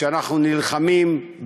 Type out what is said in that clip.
כשאנחנו נלחמים,